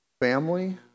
family